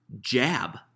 jab